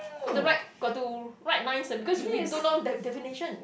got to write got to write nice ah because we don't know their definition